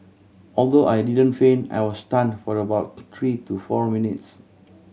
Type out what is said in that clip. although I didn't faint I was stun for about three to four minutes